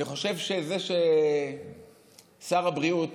אני חושב שכאשר שר הבריאות